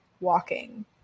walking